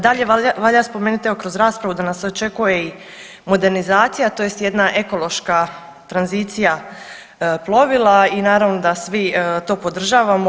Dakle, valja spomenuti evo kroz raspravu da nas očekuje i modernizacija tj. jedna ekološka tranzicija plovila i naravno da svi to podržavamo.